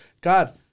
God